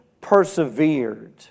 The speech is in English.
persevered